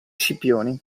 scipioni